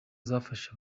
zafashe